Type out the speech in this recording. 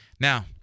Now